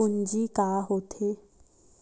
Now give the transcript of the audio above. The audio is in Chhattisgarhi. पूंजी का होथे?